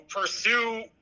pursue